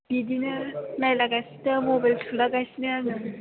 बिदिनो नायलागासिनो मबाइल थुलागासिनो दं